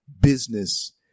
business